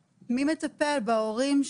תשאירו את המיטות האלה לא יהיה מי שיטפל בהם.